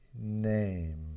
name